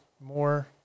more